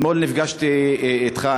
אתמול נפגשתי אתך,